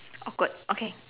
awkward okay